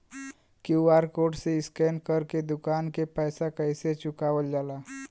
QR code से scan कर के दुकान के पैसा कैसे चुकावल जाला?